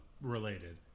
related